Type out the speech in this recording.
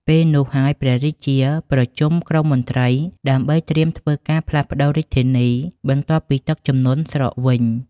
ពេលនោះហើយ ព្រះរាជា ប្រជុំក្រុមមន្ត្រីដើម្បីត្រៀមធ្វើការផ្លាសប្ដូររាជធានី បន្ទាប់ពីទឹកជំនន់ស្រកវិញ ។